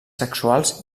sexuals